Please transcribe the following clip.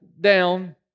down